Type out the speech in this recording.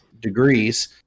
degrees